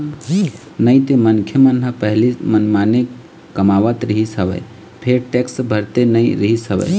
नइते मनखे मन ह पहिली मनमाने कमावत रिहिस हवय फेर टेक्स भरते नइ रिहिस हवय